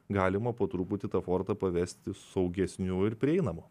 galima po truputį tą fortą pavesti saugesniu ir prieinamu